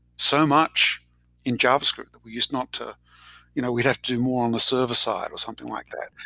so much in javascript that we use not to you know we'd have to do more on the server side or something like that.